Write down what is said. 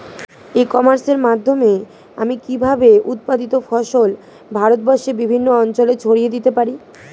ই কমার্সের মাধ্যমে আমি কিভাবে উৎপাদিত ফসল ভারতবর্ষে বিভিন্ন অঞ্চলে ছড়িয়ে দিতে পারো?